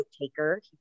taker